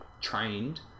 trained